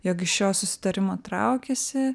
jog iš šio susitarimo traukiasi